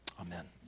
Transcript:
Amen